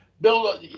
Bill